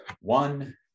One